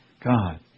God